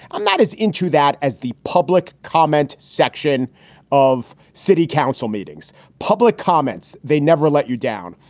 i'm not as into that as the public comment section of city council meetings. public comments. they never let you down.